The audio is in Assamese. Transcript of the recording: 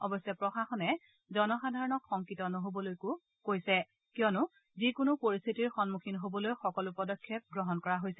অৱশ্যে প্ৰশাসনে জনসাধাৰণক শংকিত নহবলৈকো কৈছে কিয়নো যিকোনো পৰিস্থিতিৰ সন্মুখীন হবলৈ সকলো পদক্ষেপ গ্ৰহণ কৰা হৈছে